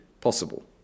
possible